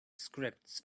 scripts